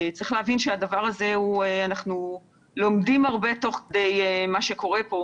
צריך להבין שאנחנו לומדים הרבה תוך כדי מה שקורה פה,